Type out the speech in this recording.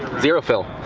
zero fill.